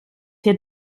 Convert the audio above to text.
hier